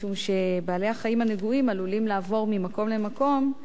משום שבעלי-החיים הנגועים עלולים לעבור ממקום למקום,